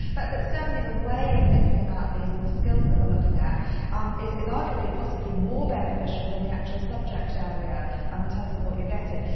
but but certainly the way of thinking about these and the skills that we're looking at um is is arguably possibly more beneficial than the actual subject area um in terms of what you're getting.